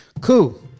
Cool